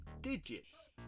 digits